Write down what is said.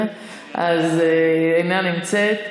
אינה נמצאת.